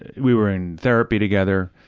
we were in therapy together,